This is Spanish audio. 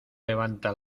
levanta